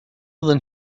than